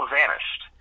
vanished